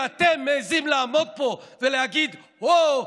ואתם מעיזים לעמוד פה ולהגיד: אוה,